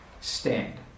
stand